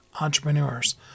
entrepreneurs